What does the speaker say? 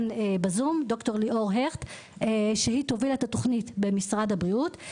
ד"ר ליאור הכט היא תוביל את התוכנית במשרד הבריאות,